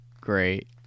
great